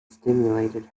stimulated